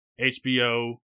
hbo